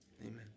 Amen